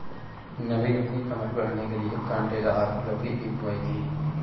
नवीन अपनी कमाई बढ़ाने के लिए कांटेदार लौकी की बुवाई की